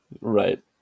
Right